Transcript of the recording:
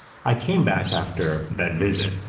i came back after that visit,